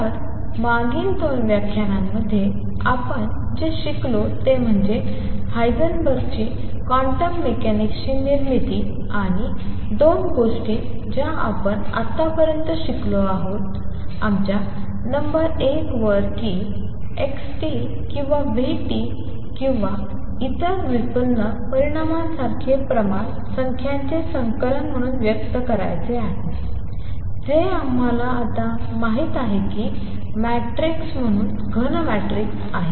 तर मागील 2 व्याख्यानांमध्ये आपण जे शिकलो ते म्हणजे हायझेनबर्गची क्वांटम मेकॅनिक्सची निर्मिती आणि 2 गोष्टी ज्या आपण आतापर्यंत शिकलो आहोत आमच्या नंबर एकवर की xt किंवा vt किंवा इतर व्युत्पन्न परिमाणांसारखे प्रमाण संख्यांचे संकलन म्हणून व्यक्त करायचे आहेत जे आम्हाला आता माहित आहे की मॅट्रिस म्हणून घन मॅट्रिक्स आहेत